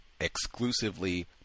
exclusively